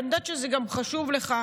כי אני יודעת שזה גם חשוב לך.